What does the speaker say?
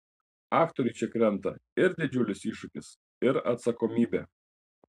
aktoriui čia krenta ir didžiulis iššūkis ir atsakomybė